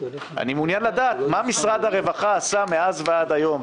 אני מעוניין לדעת מה משרד הרווחה עשה מאז ועד היום,